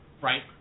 Right